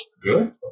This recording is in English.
Good